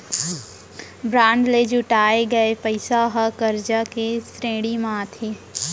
bond ले जुटाए गये पइसा ह करजा के श्रेणी म आथे